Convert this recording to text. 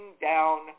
down